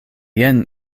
jen